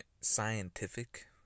scientific